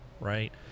right